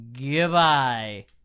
goodbye